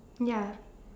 ya